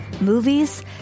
movies